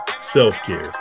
self-care